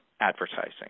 advertising